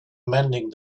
mending